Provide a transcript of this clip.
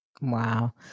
Wow